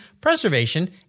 preservation